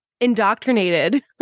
indoctrinated